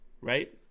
Right